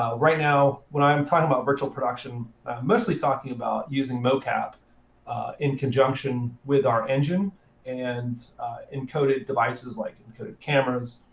um right now, when i'm talking about virtual production, i'm mostly talking about using mocap in conjunction with our engine and encoded devices like encoded cameras,